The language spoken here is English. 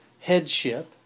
headship